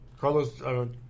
Carlos –